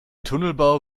tunnelbau